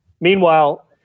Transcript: Meanwhile